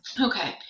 Okay